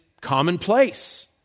commonplace